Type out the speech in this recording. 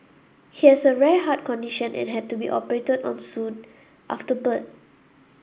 he has a rare heart condition and had to be operated on soon after birth